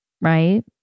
right